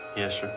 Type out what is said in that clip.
yes, sir.